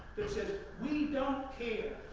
we don't care